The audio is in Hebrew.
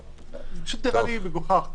זה פשוט נראה לי מגוחך.